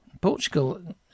Portugal